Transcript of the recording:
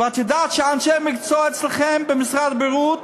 ואת יודעת שאנשי המקצוע אצלכם, במשרד הבריאות,